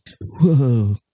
Whoa